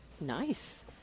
Nice